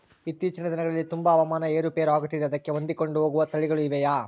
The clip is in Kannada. ಇತ್ತೇಚಿನ ದಿನಗಳಲ್ಲಿ ತುಂಬಾ ಹವಾಮಾನ ಏರು ಪೇರು ಆಗುತ್ತಿದೆ ಅದಕ್ಕೆ ಹೊಂದಿಕೊಂಡು ಹೋಗುವ ತಳಿಗಳು ಇವೆಯಾ?